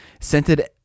scented